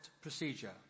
procedure